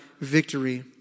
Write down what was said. victory